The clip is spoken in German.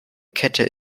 kette